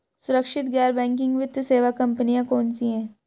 सुरक्षित गैर बैंकिंग वित्त सेवा कंपनियां कौनसी हैं?